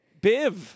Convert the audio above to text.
Biv